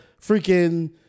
freaking